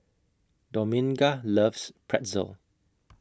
Dominga loves Pretzel